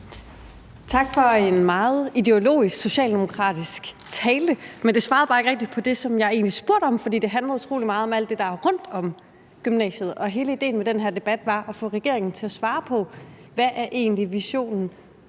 Tak for en meget ideologisk socialdemokratisk tale. Men den svarede bare ikke rigtig på det, som jeg egentlig spurgte om, for den handlede utrolig meget om alt det, der er rundt om gymnasiet. Og hele idéen med den her debat var at få regeringen til at svare på, hvad visionen